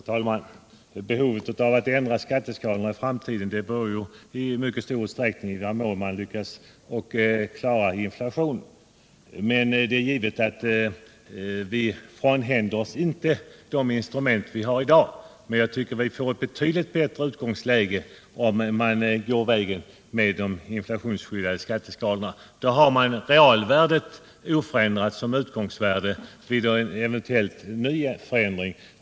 Herr talman! Behovet av att ändra skatteskalorna i framtiden beror i mycket stor utsträckning på i vad mån man lyckas klara inflationen. Vi frånhänder oss inte det instrument vi har i dag, men jag anser att vi får ett betydligt bättre utgångsläge om vi går vägen med inflationsskyddade skatteskalor. Då har man realvärdet oförändrat som utgångspunkt vid en eventuell ny förändring.